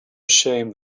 ashamed